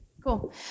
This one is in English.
Cool